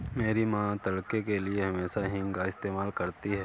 मेरी मां तड़के के लिए हमेशा हींग का इस्तेमाल करती हैं